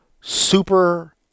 super